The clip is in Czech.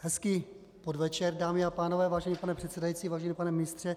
Hezký podvečer, dámy a pánové, vážený pane předsedající, vážený pane ministře.